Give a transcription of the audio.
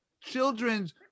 children's